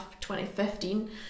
2015